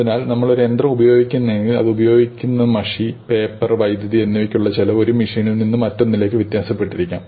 അതിനാൽ നമ്മൾ ഒരു യന്ത്രം ഉപയോഗിക്കുകയാണെങ്കിൽ അത് ഉപയോഗിക്കുന്ന മഷി പേപ്പർ വൈദ്യുതി എന്നിവക്കുള്ള ചെലവ് ഒരു മെഷീനിൽ നിന്ന് മറ്റൊന്നിലേക്ക് വ്യത്യാസപ്പെട്ടിരിക്കാം